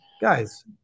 guys